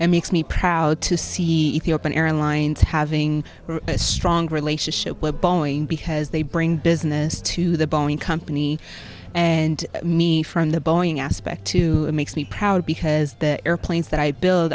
and makes me proud to see the open airlines having a strong relationship with boeing because they bring business to the boeing company and me from the boeing aspect to it makes me proud because the airplanes that i build